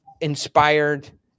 inspired